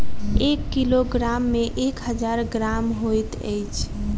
एक किलोग्राम मे एक हजार ग्राम होइत अछि